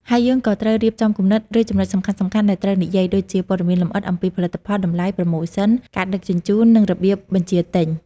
ហើយយើងក៏ត្រូវរៀបចំគំនិត ឬចំណុចសំខាន់ៗដែលត្រូវនិយាយ ដូចជាព័ត៌មានលម្អិតអំពីផលិតផល តម្លៃ ប្រម៉ូសិន ការដឹកជញ្ជូន និងរបៀបបញ្ជាទិញ។